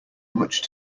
much